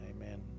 amen